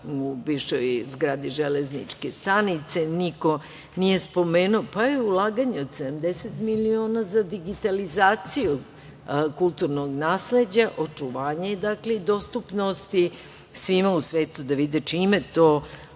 u bivšoj zgradi železničke stanice, niko nije spomenuo. Pa i ulaganje od 70 miliona za digitalizaciju kulturnog nasleđa, dakle očuvanje i dostupnost svima u svetu da vide čime to